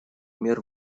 мер